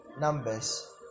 Numbers